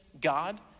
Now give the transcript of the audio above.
God